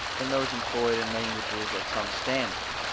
than those employed in languages of some standing,